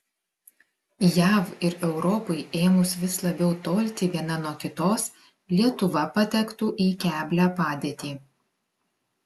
jav ir europai ėmus vis labiau tolti viena nuo kitos lietuva patektų į keblią padėtį